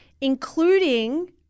including